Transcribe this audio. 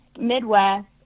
Midwest